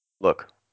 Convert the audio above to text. Look